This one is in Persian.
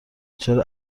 چرا